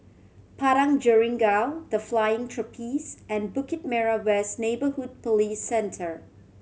Padang Jeringau The Flying Trapeze and Bukit Merah West Neighbourhood Police Centre